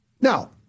Now